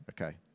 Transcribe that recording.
okay